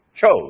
chose